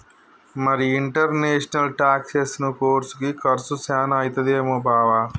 మరి ఇంటర్నేషనల్ టాక్సెసను కోర్సుకి కర్సు సాన అయితదేమో బావా